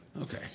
Okay